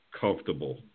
comfortable